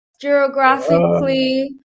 geographically